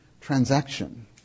transaction